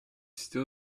still